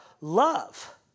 love